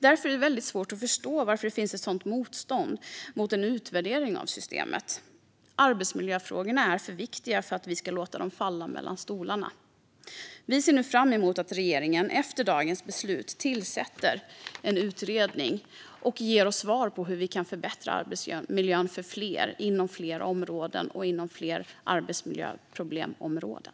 Därför är det mycket svårt att förstå varför det finns ett sådant motstånd mot en utvärdering av systemet. Arbetsmiljöfrågorna är för viktiga för att vi ska låta dem falla mellan stolarna. Vi ser nu fram emot att regeringen efter dagens beslut tillsätter en utredning och ger oss svar på hur vi kan förbättra arbetsmiljön för fler inom fler områden och inom fler arbetsmiljöproblemområden.